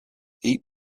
eat